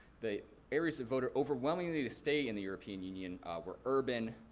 the areas the voted overwhelmingly to stay in the european union were urban,